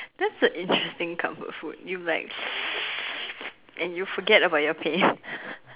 that's a interesting comfort food you like and you forget about your pain